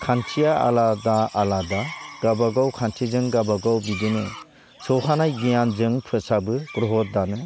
खान्थिया आलादा आलादा गाबागाव खान्थिजों गाबागाव बिदिनो सौहानाय गियानजों फोसाबो ग्रह' दानो